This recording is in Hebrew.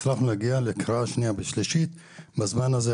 הצלחנו להגיע לקריאה שנייה ושלישית בזמן הזה,